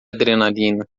adrenalina